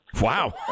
Wow